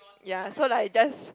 ya so like just